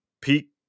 peak